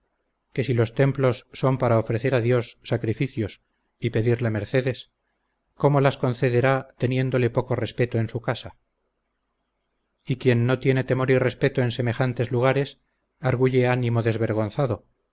que si los templos son para ofrecer a dios sacrificios y pedirle mercedes cómo las concederá teniéndole poco respeto en su casa y quien no tiene temor y respeto en semejantes lugares arguye ánimo desvergonzado